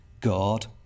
God